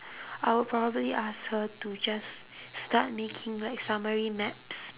I would probably ask her to just start making like summary maps